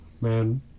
Man